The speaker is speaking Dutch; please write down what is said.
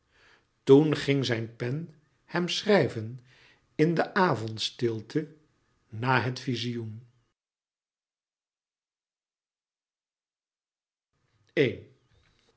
toen ging zijn pen hem schrijven in de avondstilte na het vizioen